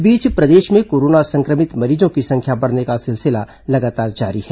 इस बीच प्रदेश में कोरोना संक्रमित मरीजों की संख्या बढ़ने का सिलसिला लगातार जारी है